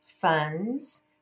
funds